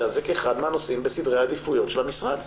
הזה כאחד מהנושאים בסדרי העדיפויות של המשרד,